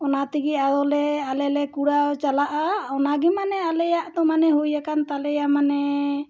ᱚᱱᱟ ᱛᱮᱜᱮ ᱟᱫᱚ ᱞᱮ ᱟᱞᱮᱞᱮ ᱠᱩᱲᱟᱹᱣ ᱪᱟᱞᱟᱜᱼᱟ ᱚᱱᱟᱜᱮ ᱢᱟᱱᱮ ᱟᱞᱮᱭᱟᱜ ᱫᱚ ᱢᱟᱱᱮ ᱦᱩᱭᱟᱠᱟᱱ ᱛᱟᱞᱮᱭᱟ ᱢᱟᱱᱮ